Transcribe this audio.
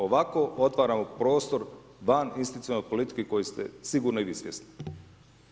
Ovako otvaramo prostor van institucionalne politike koje ste sigurno i vi svjesni.